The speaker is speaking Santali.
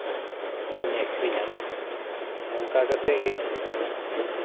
ᱤᱧ ᱟᱹᱠᱷᱨᱤᱧᱟ ᱱᱚᱝᱠᱟ ᱠᱟᱛᱮ ᱜᱮ